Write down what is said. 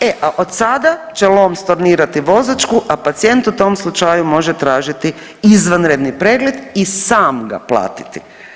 E a od sada će LOM stornirati vozačku, a pacijent u tom slučaju može tražiti izvanredni pregled i sam ga platiti.